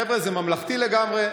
חבר'ה, זה ממלכתי לגמרי.